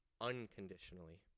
unconditionally